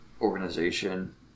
organization